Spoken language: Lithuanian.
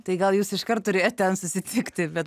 tai gal jūs iškart turėjot ten susitikti bet